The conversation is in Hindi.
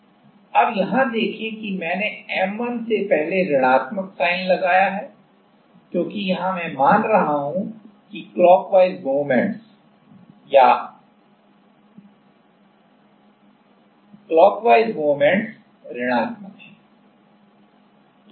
अब यहां देखें कि मैंने M1 से पहले ऋणात्मक साइन लगाया है क्योंकि यहां मैं मान रहा हूं कि क्लॉकवाइज मोमेंट्स ऋणात्मक हैं